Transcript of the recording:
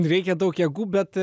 reikia daug jėgų bet